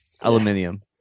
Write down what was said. Aluminium